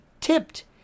tipped